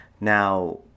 Now